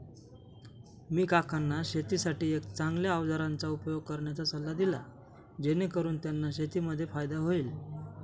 मी काकांना शेतीसाठी एक चांगल्या अवजारांचा उपयोग करण्याचा सल्ला दिला, जेणेकरून त्यांना शेतीमध्ये फायदा होईल